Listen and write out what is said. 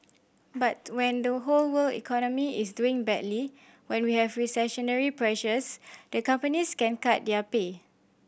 but when the whole world economy is doing badly when we have recessionary pressures the companies can cut their pay